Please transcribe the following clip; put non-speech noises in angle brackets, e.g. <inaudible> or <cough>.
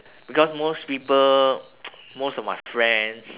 because most people <noise> most of my friends